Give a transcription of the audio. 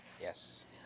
Yes